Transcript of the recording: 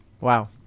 Wow